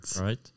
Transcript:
Right